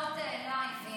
לשים לייב.